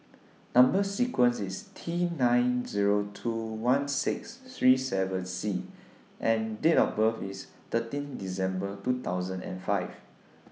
Number sequence IS T nine Zero two one six three seven C and Date of birth IS thirteen December two thousand and five